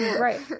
right